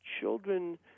children